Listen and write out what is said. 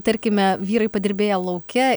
tarkime vyrai padirbėję lauke